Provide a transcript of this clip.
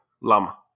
Lama